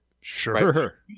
Sure